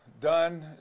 Done